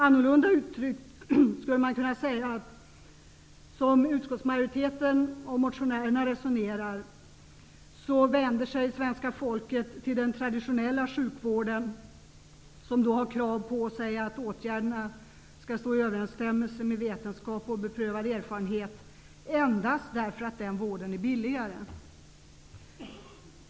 Annorlunda uttryckt: Som utskottsmajoriteten och motionärerna resonerar vänder sig svenska folket till den traditionella sjukvården, som har krav på sig att åtgärderna skall stå i överensstämmelse med vetenskap och beprövad erfarenhet endast därför att den vården är billigare.